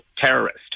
terrorist